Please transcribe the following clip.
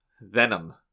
Venom